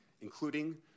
including